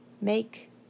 make